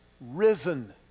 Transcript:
risen